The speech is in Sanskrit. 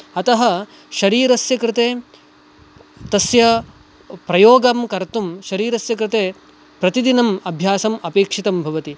अतः शरीरस्य कृते तस्य प्रयोगं कर्तुं शरीरस्य कृते प्रतिदिनम् अभ्यासम् अपेक्षितं भवति